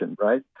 right